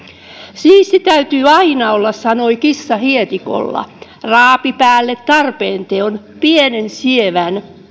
siisti täytyy aina olla sanoi kissa hietikolla raapi päälle tarpeenteon pienen sievän